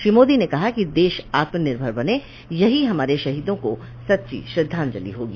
श्री मोदी ने कहा कि देश आत्मनिर्भर बने यही हमारे शहीदों को सच्ची श्रद्धांजलि होगी